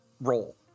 role